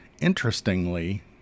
interestingly